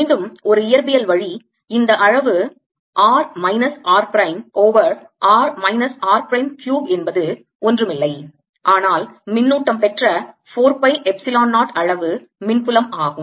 மீண்டும் ஒரு இயற்பியல் வழி இந்த அளவு r minus r prime over r minus r prime cube என்பது ஒன்றுமில்லை ஆனால் மின்னூட்டம் பெற்ற 4 பை எப்சிலான் 0 அளவு மின்புலம் ஆகும்